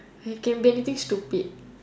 uh it can be anything stupid